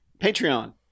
Patreon